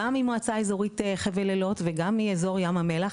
גם ממועצה אזורית חבל איילות וגם מאזור ים המלח,